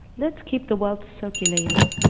lets keep the wealth circulating,